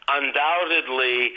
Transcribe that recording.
undoubtedly